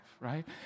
right